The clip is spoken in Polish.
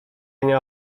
ania